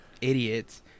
idiots